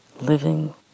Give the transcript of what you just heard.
living